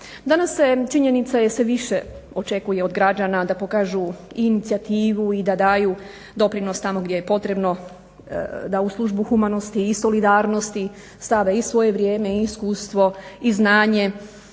Danas se činjenica je sve više očekuje od građana da pokažu inicijativu i da daju doprinos tamo gdje je potrebno da u službu humanosti i solidarnosti stave i svoje vrijeme i iskustvo i znanje